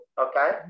Okay